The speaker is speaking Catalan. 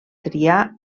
triar